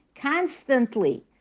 constantly